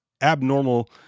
abnormal